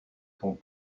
sont